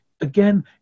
again